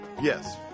Yes